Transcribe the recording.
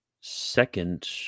second